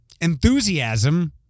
enthusiasm